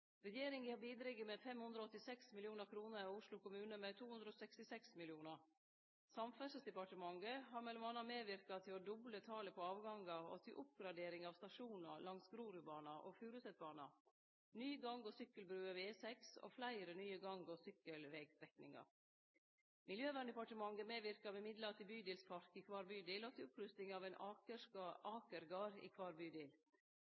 Regjeringa har bidrege med 586 mill. kr og Oslo kommune med 266 mill. kr. Samferdselsdepartementet har m.a. medverka til å doble talet på avgangar og til oppgradering av stasjonar langs Grorudbana og Furusetbana, ny gang- og sykkelbru over E6 og fleire nye gang- og sykkelvegstrekningar. Miljøverndepartementet medverkar med midlar til bydelspark i kvar bydel og til opprusting av ein